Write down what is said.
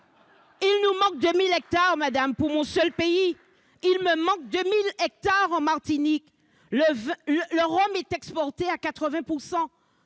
Il manque 2 000 hectares, madame, à mon seul pays. Il manque 2 000 hectares en Martinique : le rhum est exporté à 80 %